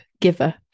giver